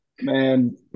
Man